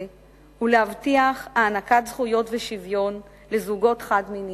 ולהבטיח הענקת זכויות ושוויון לזוגות חד-מיניים.